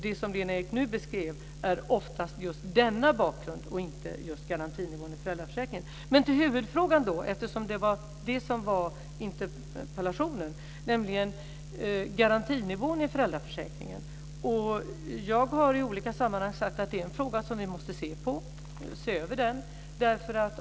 Det som Lena Ek nu beskrev är just denna bakgrund och inte garantinivån i föräldraförsäkringen. Men över till huvudfrågan, till den fråga som interpellationen handlade om, nämligen garantinivån i föräldraförsäkringen. Jag har i olika sammanhang sagt att det är en fråga som vi måste se över.